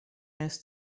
has